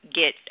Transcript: get